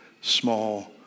small